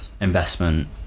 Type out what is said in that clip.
investment